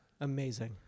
Amazing